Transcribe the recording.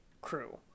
crew